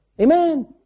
Amen